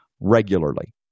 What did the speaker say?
regularly